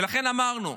ולכן אמרנו,